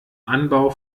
anbau